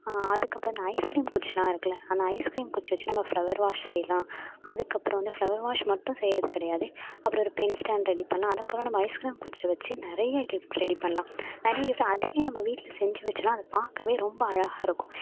அதுக்கப்புறம் இந்த ice cream குச்சியெலாம் இருக்குதுல்ல அந்த ஐஸ் கிரீம் குச்சி வச்சு நம்ம ஃபிளவர் வாஷ் செய்யலாம் அதுக்கப்புறம் வந்து ஃபிளவர் வாஷ் மட்டும் செய்வது கிடையாது அப்புறம் ஒரு பென் ஸ்டாண்ட் ரெடி பண்ணிணோம் அதேபோல் நம்ம ஐஸ் கிரீம் குச்சை வச்சு நிறையா கிஃப்ட் ரெடி பண்ணலாம் ஆனால் அதுவே நம்ம வீட்டில் செஞ்சு வைச்சோனா அது பார்க்கவே ரொம்ப அழகாக இருக்கும்